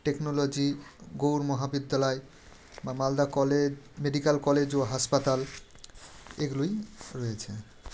technology Gour Mahavidyalaya বা Malda college medical college ও হাসপাতাল এগুলোই রয়েছে